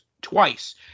twice